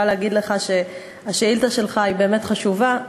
להגיד לך שהשאילתה שלך היא באמת חשובה.